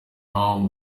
how